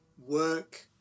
work